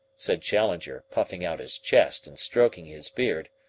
said challenger, puffing out his chest and stroking his beard.